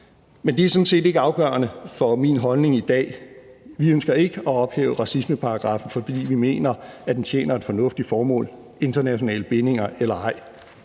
Men det er sådan set ikke afgørende for min holdning i dag. Vi ønsker ikke at ophæve racismeparagraffen, fordi vi mener, at den tjener et fornuftigt formål, internationale bindinger eller ej.